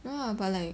ya lah but like